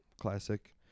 Classic